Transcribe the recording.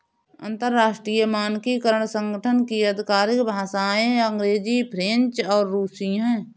अंतर्राष्ट्रीय मानकीकरण संगठन की आधिकारिक भाषाएं अंग्रेजी फ्रेंच और रुसी हैं